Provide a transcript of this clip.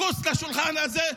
מחוץ לשולחן הזה,